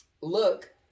look